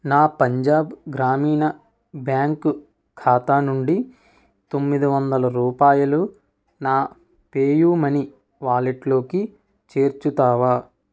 నా పంజాబ్ గ్రామీణ బ్యాంక్ ఖాతా నుండి తొమ్మిది వందల రూపాయలు నా పేయూ మనీ వ్యాలెట్లోకి చేర్చుతావా